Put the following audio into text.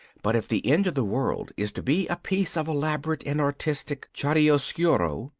but if the end of the world is to be a piece of elaborate and artistic chiaroscuro,